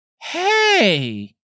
Hey